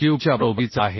क्यूबच्या बरोबरीचा आहे